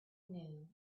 new